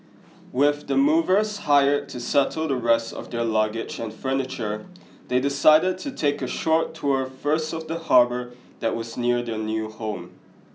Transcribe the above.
with the movers hired to settle the rest of their luggage and furniture they decided to take a short tour first of the harbour that was near their new home